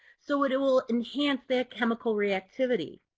so it it will enhance that chemical reactivity.